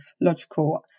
logical